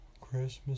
Christmas